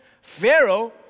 Pharaoh